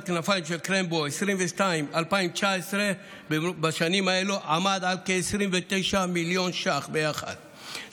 כנפיים של קרמבו בשנים 2019 עד 2022 היה כ-29 מיליון ש"ח ביחד,